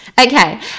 Okay